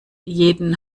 jeden